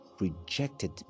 rejected